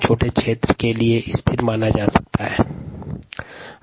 छोटे क्षेत्र के लिए सामंजस्य ग्रहण सरल होता हैं